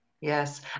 yes